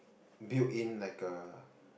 build in like a